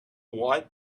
what